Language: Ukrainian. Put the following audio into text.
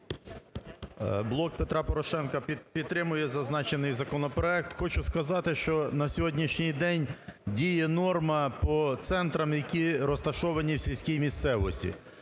"Блок Петра Порошенка" підтримує зазначений законопроект. Хочу сказати, що на сьогоднішній день діє норма по центрам, які розташовані в сільській місцевості.